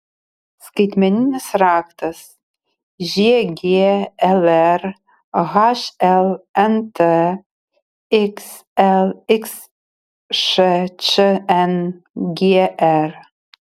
skaitmeninis raktas žglr hlnt xlxš čngr